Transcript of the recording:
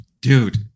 dude